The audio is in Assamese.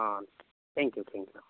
অঁ থ্যেংক ইউ থ্যেংক ইউ